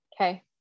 Okay